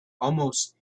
almost